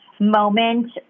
moment